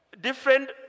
different